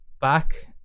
back